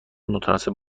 متناسب